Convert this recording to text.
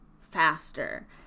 faster